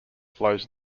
flows